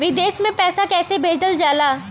विदेश में पैसा कैसे भेजल जाला?